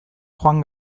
joan